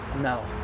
no